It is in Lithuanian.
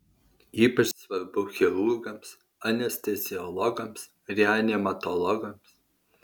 ypač svarbu chirurgams anesteziologams reanimatologams